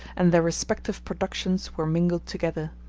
and their respective productions were mingled together.